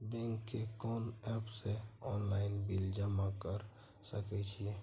Bank के कोन app से ऑनलाइन बिल जमा कर सके छिए?